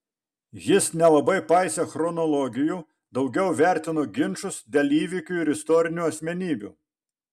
jis nelabai paisė chronologijų daugiau vertino ginčus dėl įvykių ir istorinių asmenybių